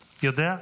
יודע?